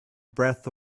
breath